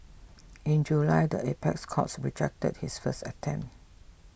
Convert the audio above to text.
in July the apex courts rejected his first attempt